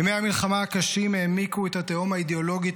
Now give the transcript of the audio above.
ימי המלחמה הקשים העמיקו את התהום האידיאולוגית